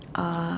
uh